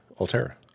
Altera